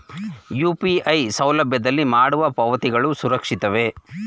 UPI ಸೌಲಭ್ಯದಲ್ಲಿ ಮಾಡುವ ಪಾವತಿಗಳು ಸುರಕ್ಷಿತವೇ?